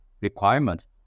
requirement